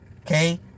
okay